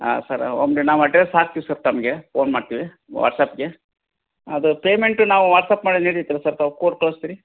ಹಾಂ ಸರ್ ಅಂದರೆ ನಾವು ಅಡ್ರೆಸ್ ಹಾಕ್ತಿವಿ ಸರ್ ತಮಗೆ ಫೋನ್ ಮಾಡ್ತೀವಿ ವಾಟ್ಸ್ಆ್ಯಪ್ಗೆ ಅದು ಪೇಮೆಂಟು ನಾವು ವಾಟ್ಸ್ಆ್ಯಪ್ ಮಾಡಿದ್ರು ನಡೀತಲ್ಲ ಸರ್ ತಾವು ಕೊಟ್ಟು ಕಳಿಸ್ತೀರಿ